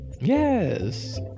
Yes